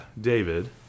David